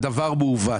זה דבר מעוות.